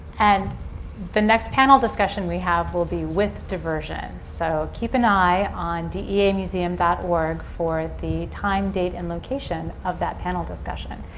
and the next panel discussion we have will be with diversion. so keep an eye on deamuseum dot org for the time, date, and location of that panel discussion.